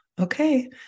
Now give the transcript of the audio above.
Okay